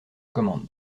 commande